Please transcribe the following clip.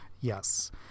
Yes